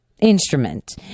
instrument